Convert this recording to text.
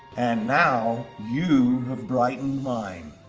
and now you have brightened mine.